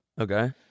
Okay